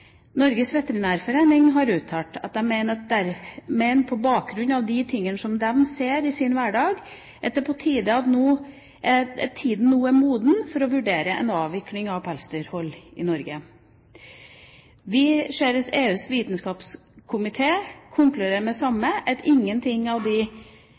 veterinærforening har uttalt at de mener på bakgrunn av de tingene de ser i sin hverdag, at tida nå er moden for å vurdere en avvikling av pelsdyrhold i Norge. Vi ser at EUs veterinærvitenskapelige komité konkluderer med det samme, at målene på bur og de